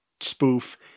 spoof